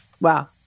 Wow